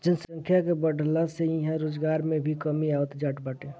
जनसंख्या के बढ़ला से इहां रोजगार में भी कमी आवत जात बाटे